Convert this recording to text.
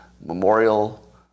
Memorial